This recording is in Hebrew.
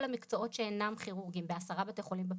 מקצועות שאינם כירורגיים ב-10 בתי חולים בפריפריה.